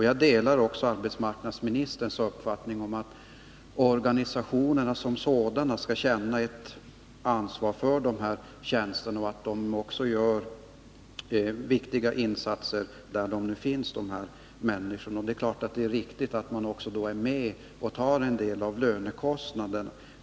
Jag delar också arbetsmarknadsministerns uppfattning att organisationerna skall känna ett ansvar för de lönebidragsanställda liksom att de bör visa uppskattning för de viktiga insatser som dessa gör. Det är självfallet då också angeläget att organisationerna svarar för en del av lönekostnaden.